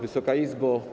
Wysoka Izbo!